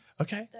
Okay